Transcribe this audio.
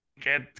get